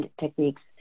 techniques